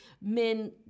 men